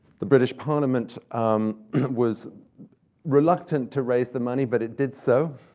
the british parliament um was reluctant to raise the money, but it did so,